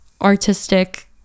artistic